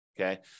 okay